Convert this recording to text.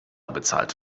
bezahlt